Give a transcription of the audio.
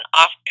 off